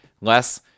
less